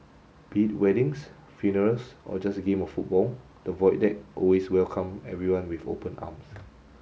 be it weddings funerals or just a game of football the Void Deck always welcome everyone with open arms